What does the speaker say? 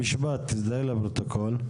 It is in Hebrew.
אני מכהן כמנהל קהילה בשייח' דנון.